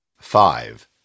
Five